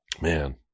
Man